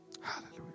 Hallelujah